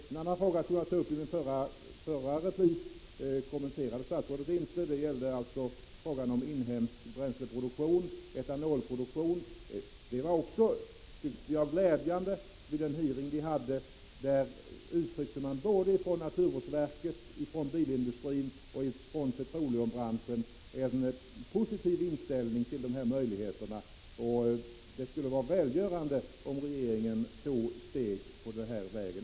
Jag tog upp en annan fråga i min förra replik, men den kommenterade statsrådet inte. Jag avser frågan om inhemsk bränsleproduktion — etanolproduktion. Vid den hearing vi hade uttrycktes såväl från naturvårdsverket, bilindustrin som petroleumbranschen glädjande nog en positiv inställning till möjligheterna på detta område. Det skulle vara välgörande om regeringen tog steg också på den här vägen.